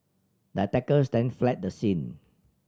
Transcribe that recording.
the attackers then fled the scene